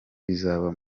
izaba